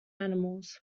animals